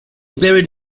buried